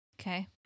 Okay